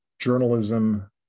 Journalism